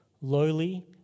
lowly